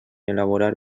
elaborar